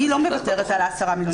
אני לא מוותרת על ה-10 מיליון שקלים האלה.